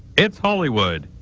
it's hollywood.